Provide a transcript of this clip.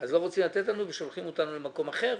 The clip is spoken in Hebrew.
לא רוצים לתת לנו ושולחים אותנו למקום אחר,